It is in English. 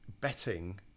betting